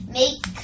make